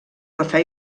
cafè